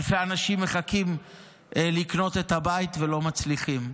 אלפי אנשים מחכים לקנות את הבית ולא מצליחים.